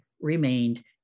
remained